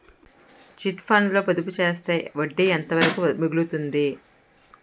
Chit funds లో పొదుపు చేస్తే వడ్డీ ఎంత వరకు మిగులుతుంది?